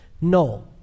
No